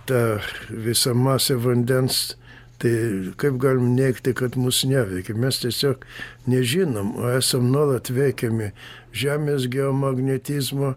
ta visa masė vandens tai kaip galim neigti kad mus neveikia mes tiesiog nežinom esam nuolat veikiami žemės geomagnetizmo